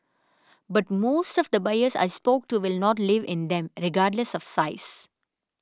but most of the buyers I spoke to will not live in them regardless of size